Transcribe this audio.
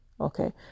okay